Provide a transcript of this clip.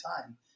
time